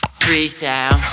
freestyle